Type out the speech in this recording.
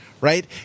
right